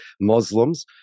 Muslims